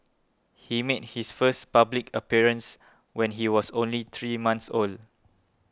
he made his first public appearance when he was only three month old